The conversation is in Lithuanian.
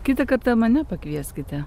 kitą kartą mane pakvieskite